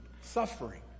suffering